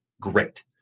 Great